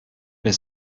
der